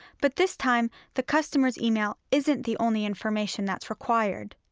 but this time the customer's email isn't the only information that's required.